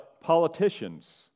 politicians